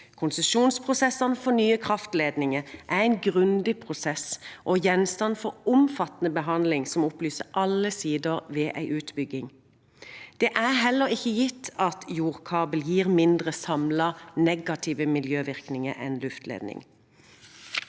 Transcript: Konsesjonsprosessen for nye kraftledninger er en grundig prosess og gjenstand for omfattende behandling som opplyser alle sider ved en utbygging. Det er heller ikke gitt at jordkabel gir mindre samlede negative miljøvirkninger enn luftledning.